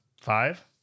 five